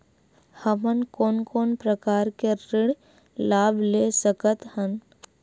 हमन कोन कोन प्रकार के ऋण लाभ ले सकत हन?